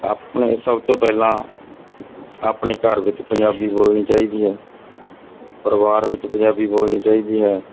ਆਪਣੇ ਸਭ ਤੋਂ ਪਹਿਲਾਂ ਆਪਣੇ ਘਰ ਵਿੱਚ ਪੰਜਾਬੀ ਬੋਲਣੀ ਚਾਹੀਦੀ ਹੈ ਪਰਿਵਾਰ ਵਿੱਚ ਪੰਜਾਬੀ ਬੋਲਣੀ ਚਾਹੀਦੀ ਹੈ